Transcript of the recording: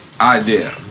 Idea